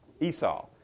Esau